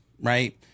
right